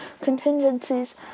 contingencies